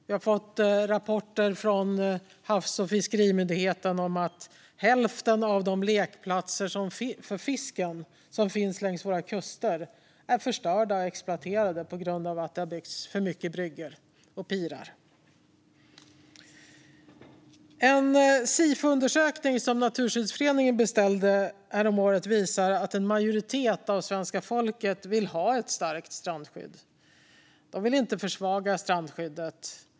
Vi har fått rapporter från Havs och vattenmyndigheten om att hälften av de lekplatser för fisken som finns längs våra kuster är förstörda och exploaterade på grund av att det har byggts för många bryggor och pirar. En Sifoundersökning som Naturskyddsföreningen beställde häromåret visar att en majoritet av svenska folket vill ha ett starkt strandskydd. De vill inte försvaga strandskyddet.